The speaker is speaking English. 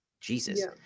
jesus